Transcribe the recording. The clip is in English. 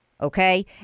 okay